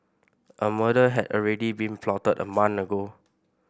a murder had already been plotted a month ago